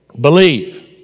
Believe